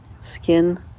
skin